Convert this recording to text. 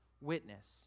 witness